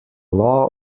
law